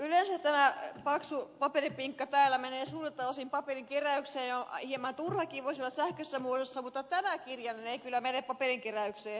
yleensä tämä paksu paperipinkka täältä menee suurelta osin paperinkeräykseen hieman turhaankin voisi olla sähköisessä muodossa mutta tämä kirjanen ei kyllä mene paperinkeräykseen